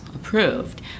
Approved